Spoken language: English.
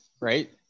right